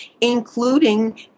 including